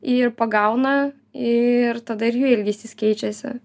ir pagauna ir tada ir jų elgesys keičiasi